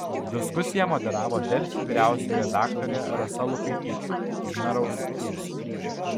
diskusiją moderavo delfi vyriausioji redaktorė rasa lukaitytė vnarauskienė